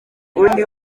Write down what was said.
undi